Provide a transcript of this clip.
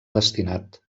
destinat